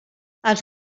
als